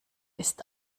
ist